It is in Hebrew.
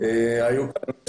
אם זה מסדרון אקולוגי ממזרח,